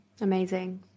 Amazing